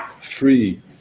free